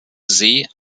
see